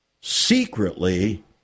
secretly